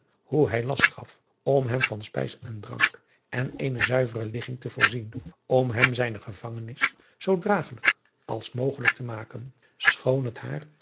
hoe hij last gaf om hem van spijs en drank en eene zuivere ligging te voorzien om hem zijne gevangenis zoo dragelijk als mogelijk te maken schoon het haar